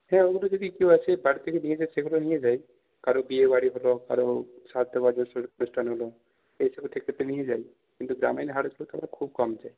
হ্যাঁ ওগুলো যদি কেউ আসে বাড়ি থেকে নিয়ে যায় সেগুলো নিয়ে যাই কারোর বিয়ে বাড়ি হলো কারোর শ্রাদ্ধ বাড়ি অনুষ্ঠান হলো এসবের থেকে নিয়ে যাই কিন্তু গ্রামের আমরা খুব কম যাই